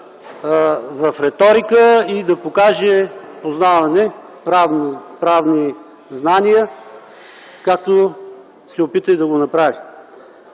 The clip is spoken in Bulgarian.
в реторика и да покаже правни знания, както се опита и да го направи.